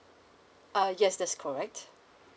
uh yes that's correct